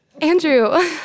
Andrew